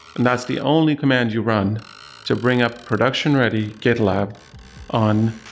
and that's the only command you run to bring up production-ready gitlab on